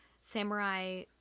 Samurai